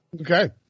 Okay